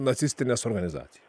nacistines organizacijas